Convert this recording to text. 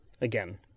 again